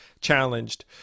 challenged